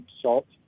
salt